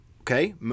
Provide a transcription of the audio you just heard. okay